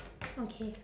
okay